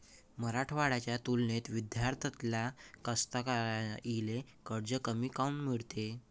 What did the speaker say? मराठवाड्याच्या तुलनेत विदर्भातल्या कास्तकाराइले कर्ज कमी काऊन मिळते?